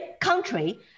country